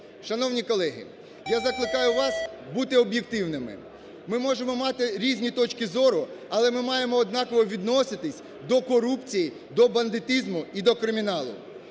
Шановні колеги, я закликаю вас бути об'єктивними. Ми можемо мати різні точки зору, але ми маємо однаково відноситись до корупції, до бандитизму і до криміналу.